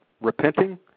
repenting